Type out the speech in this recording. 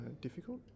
difficult